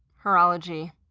horology.